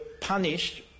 punished